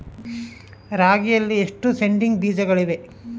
ರಾಗಿಯಲ್ಲಿ ಎಷ್ಟು ಸೇಡಿಂಗ್ ಬೇಜಗಳಿವೆ?